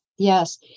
Yes